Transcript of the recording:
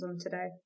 today